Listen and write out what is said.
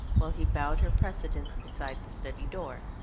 while he bowed her precedence beside the study door.